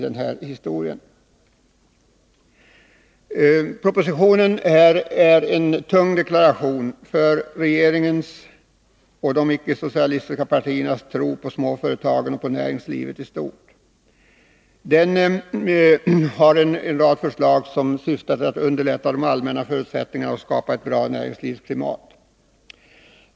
Den aktuella propositionen är en tung deklaration om regeringens och de icke-socialistiska partiernas tro på småföretagen och på näringslivet i stort. En rad av förslagen där syftar till att förbättra de allmänna förutsättningarna och till att skapa ett gott näringslivsklimat.